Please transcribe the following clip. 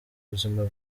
buzima